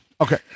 Okay